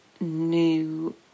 new